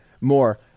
more